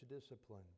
discipline